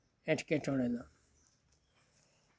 ᱮᱸᱴᱠᱮᱴᱚᱲᱮ ᱫᱚ